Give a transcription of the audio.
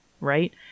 right